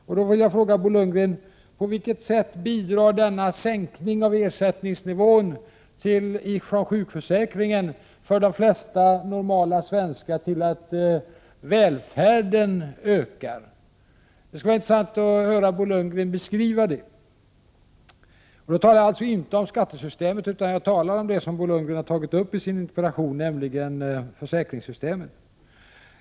Jag vill då fråga Bo Lundgren: På vilket sätt bidrar denna sänkning av ersättningsnivån i sjukförsäkringen för de flesta normala svenskar till att välfärden ökar? Det skulle vara intressant att höra Bo Lundgren beskriva det. Jag talar alltså inte om skattesystemet utan om det som Bo Lundgren har tagit upp i sin interpellation, nämligen försäkringssystemet.